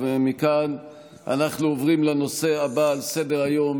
מכאן אנחנו עוברים לנושא הבא על סדר-היום.